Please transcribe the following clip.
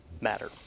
matter